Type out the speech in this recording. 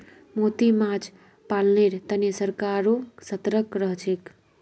मोती माछ पालनेर तने सरकारो सतर्क रहछेक